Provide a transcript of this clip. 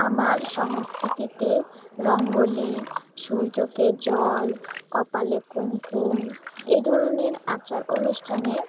আমার সংস্কৃতিতে রঙ্গোলি সূর্যকে জল কপালে কুমকুম এই ধরনের আচার অনুষ্ঠানে